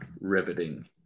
riveting